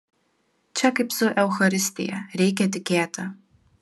čia kaip su eucharistija reikia tikėti